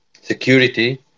security